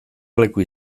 leku